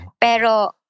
Pero